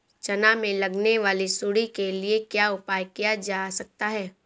चना में लगने वाली सुंडी के लिए क्या उपाय किया जा सकता है?